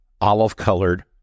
olive-colored